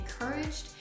encouraged